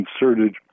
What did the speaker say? inserted